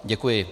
Děkuji.